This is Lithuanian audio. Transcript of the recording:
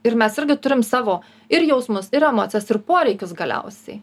ir mes irgi turim savo ir jausmus ir emocijas ir poreikius galiausiai